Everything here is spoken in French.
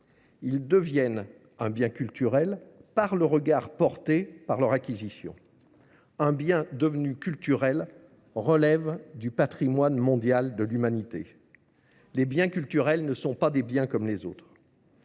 Ils deviennent un bien culturel par le regard porté par leur acquisition. un bien devenu culturel relève du patrimoine mondial de l'humanité. Les biens culturels ne sont pas des biens comme les autres.